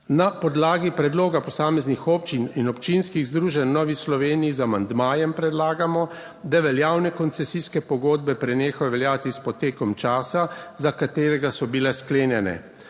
Na podlagi predloga posameznih občin in občinskih združenj v Novi Sloveniji z amandmajem predlagamo, da veljavne koncesijske pogodbe prenehajo veljati s potekom časa, za katerega so bile sklenjene.